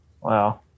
Wow